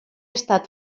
estat